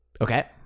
Okay